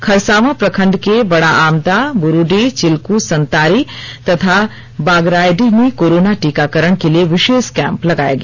खरसावां प्रखंड के बडाआमदा बुरूडीह चिलकू संतारी तथा बागरायडीह में कोरोना टीकाकरण के लिए विशेष कैंप लगाया गया